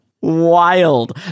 Wild